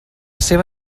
seva